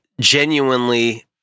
genuinely